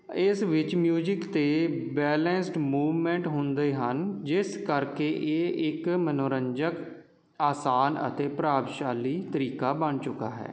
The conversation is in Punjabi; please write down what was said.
ਇਸ ਵਿੱਚ ਮਿਉਜ਼ਿਕ ਅਤੇ ਬੈਲੈਂਸਡ ਮੂਵਮੈਂਟ ਹੁੰਦੇ ਹਨ ਜਿਸ ਕਰਕੇ ਇਹ ਇੱਕ ਮਨੋਰੰਜਕ ਆਸਾਨ ਅਤੇ ਪ੍ਰਾਵਸ਼ਾਲੀ ਤਰੀਕਾ ਬਣ ਚੁੱਕਾ ਹੈ